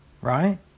right